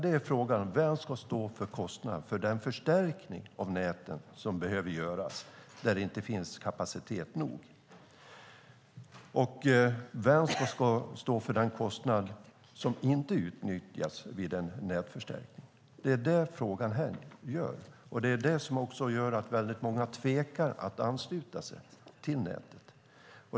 Det är en fråga om vem som ska stå för kostnaden för den förstärkning av näten som behöver göras där det inte finns kapacitet nog. Vem ska stå för den kostnad som inte utnyttjas vid en nätförstärkning? Det är frågan, och det är det som också gör att väldigt många tvekar att ansluta sig till nätet.